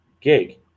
gig